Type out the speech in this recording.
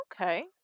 Okay